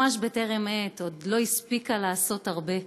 ממש בטרם עת, עוד לא הספיקה לעשות הרבה.